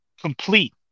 complete